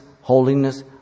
holiness